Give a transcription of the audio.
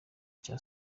cya